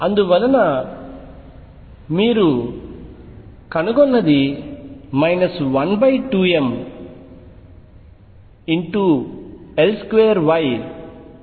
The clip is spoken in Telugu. అందువలన మీరు కనుగొన్నది 12mL2YλY